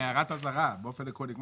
לא, עם הערת אזהרה באופן עקרוני.